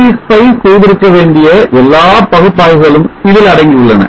ng spice செய்திருக்க வேண்டிய எல்லா பகுப்பு ஆய்வுகளும் இதில் அடங்கியுள்ளன